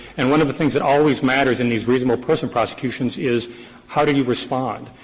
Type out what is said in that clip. and one of the things that always matters in these reasonable person prosecution is how do you respond.